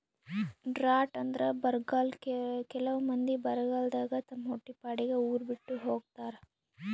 drought ಅಂದ್ರ ಬರ್ಗಾಲ್ ಕೆಲವ್ ಮಂದಿ ಬರಗಾಲದಾಗ್ ತಮ್ ಹೊಟ್ಟಿಪಾಡಿಗ್ ಉರ್ ಬಿಟ್ಟ್ ಹೋತಾರ್